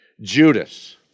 Judas